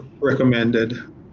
recommended